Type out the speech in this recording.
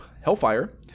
Hellfire